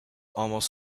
almost